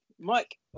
Mike